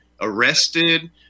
arrested